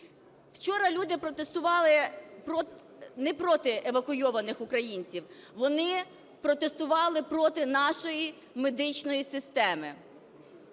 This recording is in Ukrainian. Вчора люди протестували не проти евакуйованих українців, вони протестували проти нашої медичної системи.